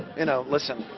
you know, listen,